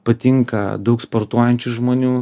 patinka daug sportuojančių žmonių